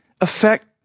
affect